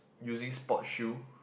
using sport shoe